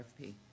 RFP